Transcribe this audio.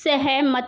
सहमत